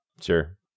Sure